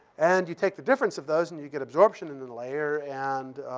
and you take the difference of those, and you get absorption in the layer. and,